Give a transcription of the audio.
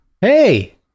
hey